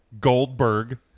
Goldberg